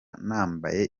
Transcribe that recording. nambaye